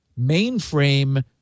mainframe